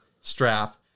strap